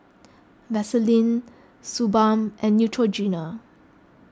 Vaselin Suu Balm and Neutrogena